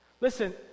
Listen